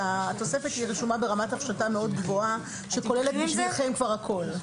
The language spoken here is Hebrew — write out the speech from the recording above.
שהתוספת רשומה ברמת הפשטה מאוד גבוהה ,שכוללת בשבילכם כבר הכול.